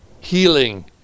healing